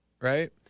right